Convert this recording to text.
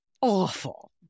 awful